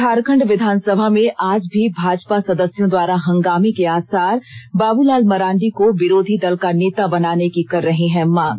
झारखण्ड विधानसभा में आज भी भाजपा सदस्यों द्वारा हंगामे के आसार बाबूलाल मरांडी को विरोधी दल के नेता बनाने की कर रहे हैं मांग